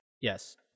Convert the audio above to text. Yes